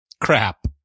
crap